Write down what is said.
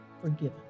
forgiven